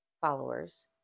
followers